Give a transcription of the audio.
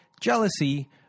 jealousy